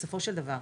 בסופו של דבר,